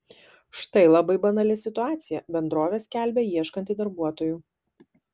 štai labai banali situacija bendrovė skelbia ieškanti darbuotojų